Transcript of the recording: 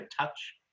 touch